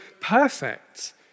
perfect